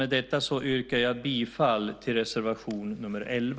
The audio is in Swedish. Med detta yrkar jag bifall till reservation nr 11.